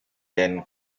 then